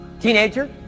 teenager